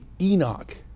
Enoch